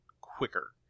quicker